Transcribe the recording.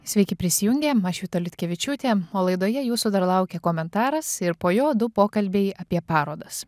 sveiki prisijungę aš vita liutkevičiūtė o laidoje jūsų dar laukia komentaras ir po jo du pokalbiai apie parodas